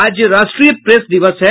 आज राष्ट्रीय प्रेस दिवस है